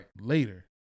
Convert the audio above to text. later